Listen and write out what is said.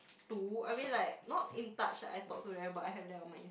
two I mean like not in touch ah I talk to them but I have them on my